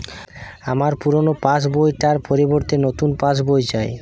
আমার পুরানো পাশ বই টার পরিবর্তে নতুন পাশ বই চাই